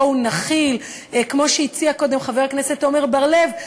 בואו נכיל" כמו שהציע קודם חבר הכנסת עמר בר-לב,